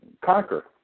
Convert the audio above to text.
conquer